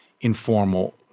informal